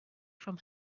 from